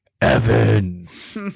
Evans